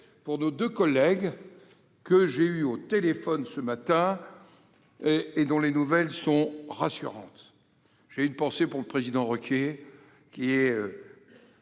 pour nos deux collègues que j'ai eus au téléphone ce matin et dont les nouvelles sont rassurantes, ainsi que pour le président Requier,